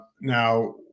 Now